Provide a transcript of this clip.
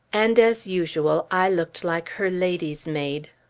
and, as usual, i looked like her lady's maid.